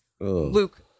Luke